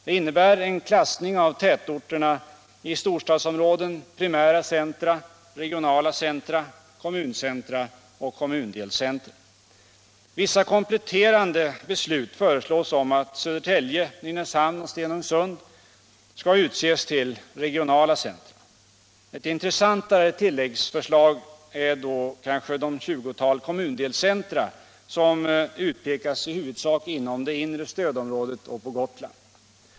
Det innebär en klassning av tätorterna i storstadsområden, primära centra, regionala centra, kommuncentra och kommundelscentra. Vissa kompletterande beslut föreslås om att Södertälje, Nynäshamn och Stenungsund skall utses till regionala centra. Ett intressantare tilläggsförslag är kanske att ett 20-tal kommundelscentra utpekas i huvudsak inom det inre stödområdet och på Gotland.